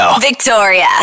Victoria